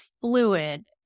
fluid